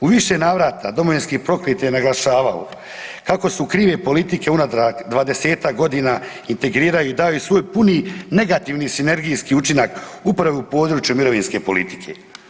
U više navrata Domovinski pokret je naglašavao kako su krive politike unatrag 20-tak godina integriraju i daju svoj puni negativni sinergijski učinak upravo u području mirovinske politike.